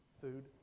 Food